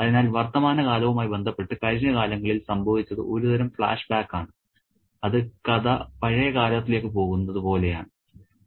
അതിനാൽ വർത്തമാനകാലവുമായി ബന്ധപ്പെട്ട് കഴിഞ്ഞ കാലങ്ങളിൽ സംഭവിച്ചത് ഒരു തരം ഫ്ലാഷ്ബാക്കാണ് അത് കഥ പഴയ കാലത്തിലേക്ക് പോകുന്നത് പോലെയാണ്